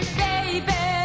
baby